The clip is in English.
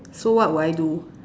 so what will I do